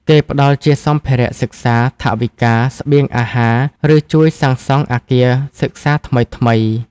គេផ្តល់ជាសម្ភារៈសិក្សា ថវិកា ស្បៀងអាហារ ឬជួយសាងសង់អគារសិក្សាថ្មីៗ។